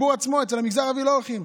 שלמגזר הערבי לא הולכים.